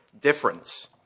difference